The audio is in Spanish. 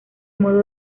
modo